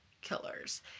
killers